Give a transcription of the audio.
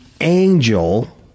angel